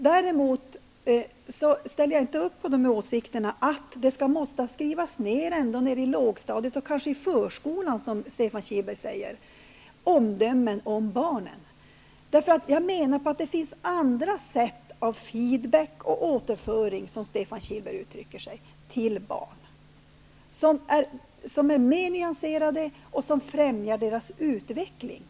Däremot ställer jag mig inte bakom åsikterna att det måste skrivas ner omdömen om barnen ända ner i lågstadiet och kanske redan i förskolan, som Stefan Kihlberg säger. Det finns andra sätt att skapa en feedback, en återföring, -- som Stefan Kihlberg uttryckte det -- till barn, andra sätt som är mer nyanserade och som främjar deras utveckling.